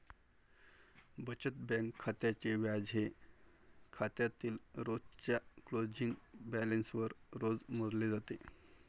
बचत बँक खात्याचे व्याज हे खात्यातील रोजच्या क्लोजिंग बॅलन्सवर रोज मोजले जाते